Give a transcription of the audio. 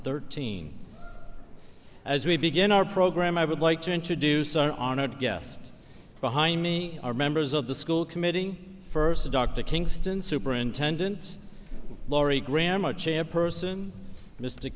thirteen as we begin our program i would like to introduce our honored guest behind me are members of the school committing first to dr kingston superintendent lori grammer chairperson mr